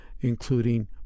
including